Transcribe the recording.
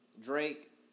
Drake